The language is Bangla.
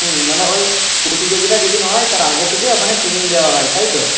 হুম মানে ওই প্রতিযোগিতা যেদিন হয় তার আগে থেকে ওখানে ট্রেনিং দেওয়া হয় তাই তো